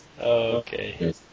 Okay